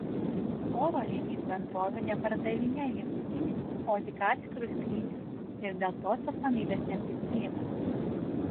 oro linijų bendrovė nepardavinėja jungtinių o tik atskirus skrydžius ir dėl to atsakomybės neprisiima